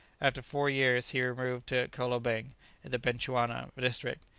after four years he removed to kolobeng in the bechuana district,